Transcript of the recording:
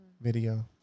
video